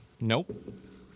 Nope